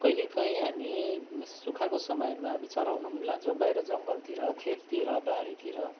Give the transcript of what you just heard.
कहिलेकहीँ हामी सुक्खाको समयमा हामी चराउन पनि लान्छौँ बाहिर जङ्गलतिर खेततिर बारीतिर